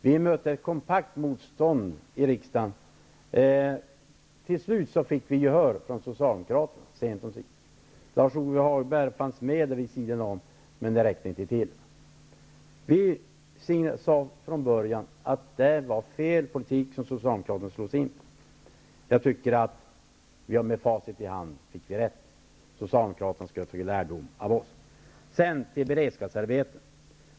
Vi mötte ett kompakt motstånd i riksdagen. Till slut fick vi sent omsider gehör från Socialdemokraterna. Lars-Ove Hagberg fanns där med vid sidan om, men det räckte inte till. Vi sade från början att det var fel politik som Socialdemokraterna hade slagit in på. Med facit i hand kan vi säga att vi hade rätt. Socialdemokraterna skulle ha tagit lärdom av oss. Sedan till frågan om beredskapsarbeten.